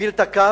ותוביל את הקו,